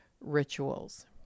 rituals